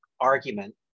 argument